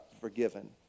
forgiven